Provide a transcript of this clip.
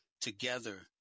together